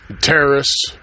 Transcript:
terrorists